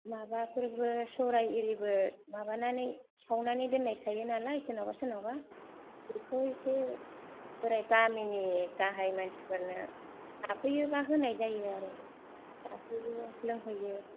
माबाफोरबो सौराइ इरिफोरबो माबानानै सावनानै दोननाय थायोनालाय सोरनावबा सोरनावबा बेखौ एसे ओरै गामिनि गाहाय मानसिफोरनो थाफैयोब्ला होनाय जायो आरो जाहोयो लोंहोयो